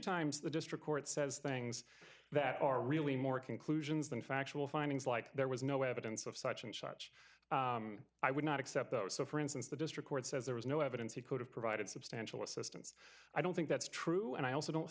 times the district court says things that are really more conclusions than factual findings like there was no evidence of such and such i would not accept those so for instance the district court says there was no evidence he could have provided substantial assistance i don't think that's true and i also don't